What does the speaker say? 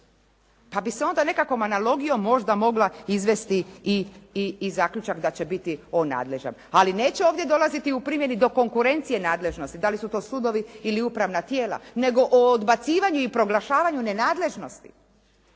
Pa bi se onda nekakvom analogijom možda mogla izvesti i zaključak da će biti on nadležan, ali neće ovdje dolaziti u primjeni do konkurencije nadležnosti da li su to sudovi ili upravna tijela, nego o odbacivanju i proglašavanju nenadležnosti.